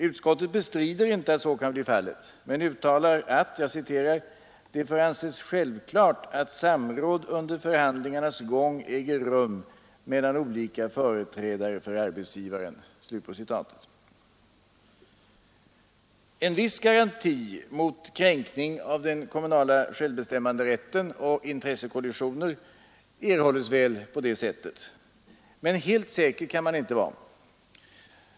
Utskottet bestrider inte att så kan bli fallet men säger på s. 4: ”Det får anses självklart att samråd under förhandlingarnas gång äger rum mellan olika företrädare för arbetsgivarsidan.” En viss garanti mot kränkning av den kommunala självbestämmanderätten och uppkomsten av intressekollisioner erhålls väl på det sättet, men helt säker kan man inte vara.